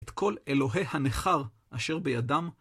את כל אלוהי הנכר אשר בידם